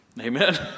Amen